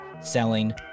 selling